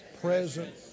present